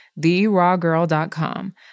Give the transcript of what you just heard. TheRawGirl.com